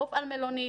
לא הופעל מלונית,